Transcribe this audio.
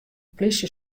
polysje